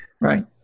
Right